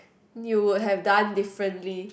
you would have done differently